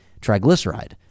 triglyceride